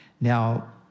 Now